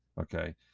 Okay